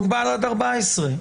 קשה להבין אותה מבחינת העומס שלכם.